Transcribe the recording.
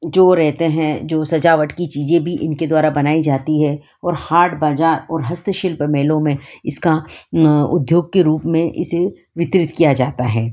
जो रहते हैं जो सजावट की चीज़ें भी इनके द्वारा बनाई जाती है और हाट बाज़ार और हस्त शिल्प मेलों में इसका उद्योग के रूप में इसे वितरित किया जाता है